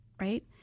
Right